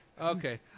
Okay